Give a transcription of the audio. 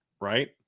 right